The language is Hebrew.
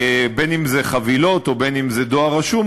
בין שזה חבילות ובין שזה דואר רשום,